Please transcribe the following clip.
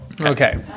Okay